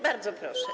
Bardzo proszę.